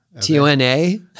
T-O-N-A